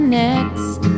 next